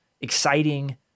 exciting